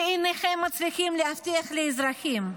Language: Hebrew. שאינכם מצליחים להבטיח לאזרחים?